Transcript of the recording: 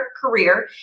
career